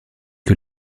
que